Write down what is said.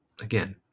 again